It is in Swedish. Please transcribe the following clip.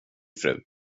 fru